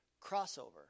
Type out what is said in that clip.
crossover